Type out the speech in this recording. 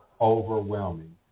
overwhelming